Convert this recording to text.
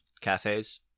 cafes